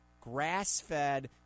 grass-fed